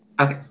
Okay